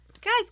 guys